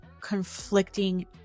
conflicting